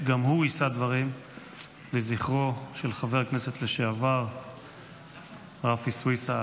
גם הוא יישא דברים לזכרו של חבר הכנסת לשעבר רפי סויסה,